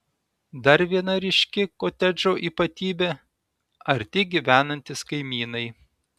dar viena ryški kotedžo ypatybė arti gyvenantys kaimynai